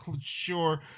sure